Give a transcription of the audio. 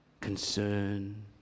concern